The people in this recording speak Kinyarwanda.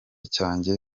cyanjye